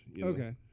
okay